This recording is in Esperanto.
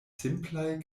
simplaj